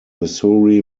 missouri